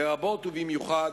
לרבות, ובמיוחד,